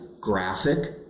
graphic